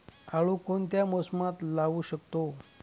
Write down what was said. आळू कोणत्या मोसमात लावू शकतो?